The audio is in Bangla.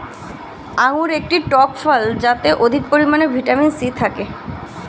আঙুর একটি টক ফল যাতে অধিক পরিমাণে ভিটামিন সি থাকে